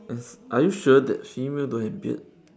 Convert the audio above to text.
s~ are you sure that female don't have beard